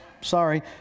Sorry